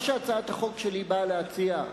מה שהצעת החוק שלי באה להציע,